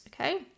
okay